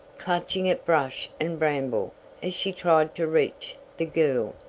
clutching at brush and bramble as she tried to reach the girl,